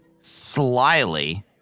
slyly